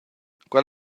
quel